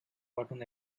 button